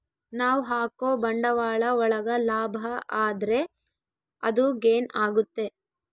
ನಾವ್ ಹಾಕೋ ಬಂಡವಾಳ ಒಳಗ ಲಾಭ ಆದ್ರೆ ಅದು ಗೇನ್ ಆಗುತ್ತೆ